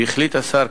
והחליט השר,